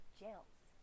jails